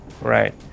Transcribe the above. right